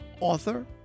author